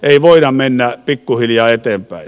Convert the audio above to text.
ei voida mennä pikkuhiljaa eteenpäin